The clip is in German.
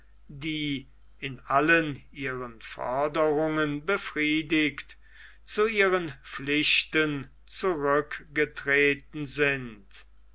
die in allen ihren forderungen befriedigt zu ihren pflichten zurückgetreten sind